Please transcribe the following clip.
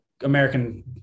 American